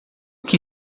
que